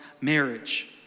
marriage